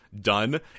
done